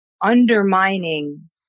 undermining